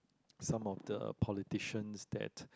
some of the politicians that